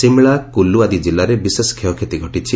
ସିମଳା କୁଲୁ ଆଦି ଜିଲ୍ଲାରେ ବିଶେଷ କ୍ଷୟକ୍ଷତି ଘଟିଛି